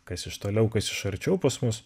kas iš toliau kas iš arčiau pas mus